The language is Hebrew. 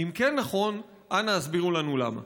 אם כן נכון, אנא הסבירו לנו למה.